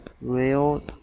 real